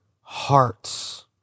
hearts